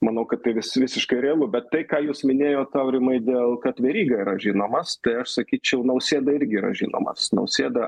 manau kad tai visiškai realu bet tai ką jūs minėjot aurimai dėl kad veryga yra žinomas tai aš sakyčiau nausėda irgi yra žinomas nausėda